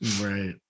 Right